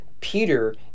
Peter